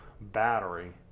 battery